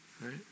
Right